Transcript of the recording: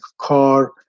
car